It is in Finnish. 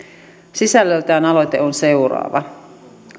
sisällöltään aloite on seuraava